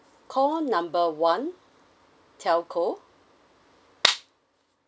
call number one telco